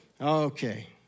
Okay